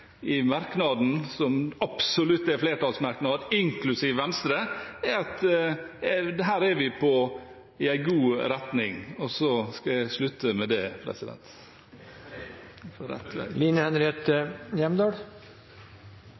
i merknaden – som absolutt er en flertallsmerknad, inklusiv Venstre – går i en god retning, og så skal jeg avslutte med det. På rett vei. Representanten Farstad sa i sitt innlegg at skogen er viktig for